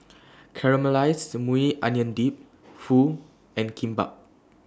Caramelized Maui Onion Dip Pho and Kimbap